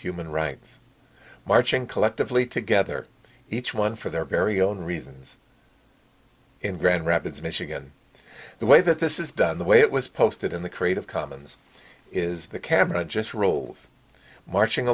human rights marching collectively together each one for their very own reasons in grand rapids michigan the way that this is done the way it was posted in the creative commons is the camera just roll marching